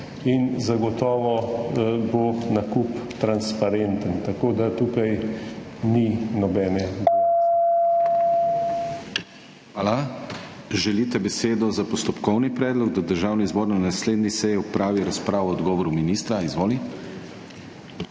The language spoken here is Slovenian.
in zagotovo bo nakup transparenten, tako da tukaj ni nobene bojazni.